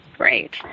great